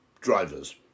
drivers